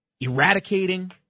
eradicating